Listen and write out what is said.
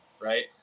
right